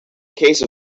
case